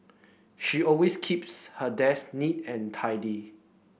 she always keeps her desk neat and tidy